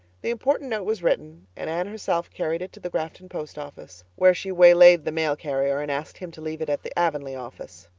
the important note was written and anne herself carried it to the grafton post office, where she waylaid the mail carrier and asked him to leave it at the avonlea office.